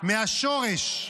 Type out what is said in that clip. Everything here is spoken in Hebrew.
הדמוקרטיה מהשורש?